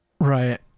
Right